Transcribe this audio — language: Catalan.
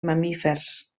mamífers